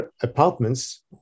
apartments